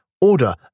order